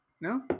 No